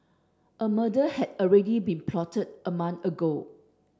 a murder had already been plotted a month ago